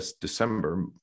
December